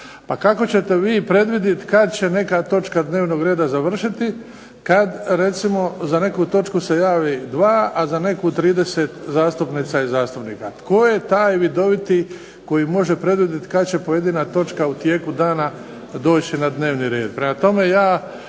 A kako ćete vi predvidjeti kada će neka točka dnevnog reda završiti, kada recimo za neku točku se javi dva, a za neku 30 zastupnica i zastupnika. Tko je taj vidoviti koji može predvidjeti kada će pojedina točka u tijeku dana doći na dnevni red.